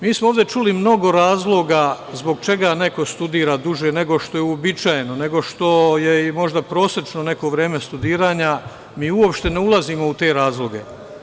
Mi smo ovde čuli mnogo razloga zbog čega neko studira duže nego što je uobičajeno, nego što je i možda prosečno neko vreme studiranja i mi uopšte ne ulazimo u te razloge.